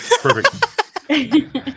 perfect